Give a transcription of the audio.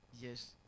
Yes